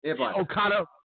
Okada